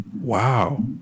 Wow